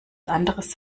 anderes